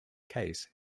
case